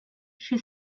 she